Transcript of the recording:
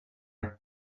and